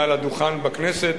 מעל הדוכן בכנסת,